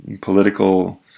political